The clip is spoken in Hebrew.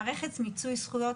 מערכת מיצוי זכויות,